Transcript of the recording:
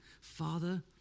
Father